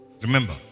Remember